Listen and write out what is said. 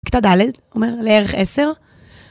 כיתה ד', אומר, לערך עשרה.